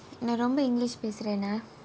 நான் ரொம்ப english பேசுறேனா:pesurenaa